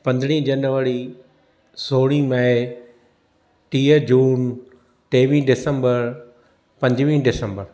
पंद्रहीं जनवरी सोरहीं मई टीह जून टेवीहीं डिसंबरु पंजवीहीं डिसंबरु